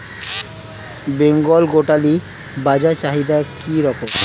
বেঙ্গল গোটারি বাজার চাহিদা কি রকম?